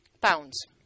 pounds